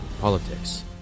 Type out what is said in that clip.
politics